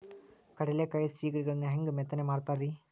ಕಡಲೆಕಾಯಿ ಸಿಗಡಿಗಳನ್ನು ಹ್ಯಾಂಗ ಮೆತ್ತನೆ ಮಾಡ್ತಾರ ರೇ?